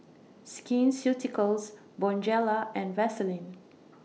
Skin Ceuticals Bonjela and Vaselin